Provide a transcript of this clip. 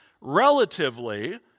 relatively